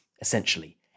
essentially